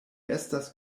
estas